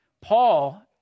Paul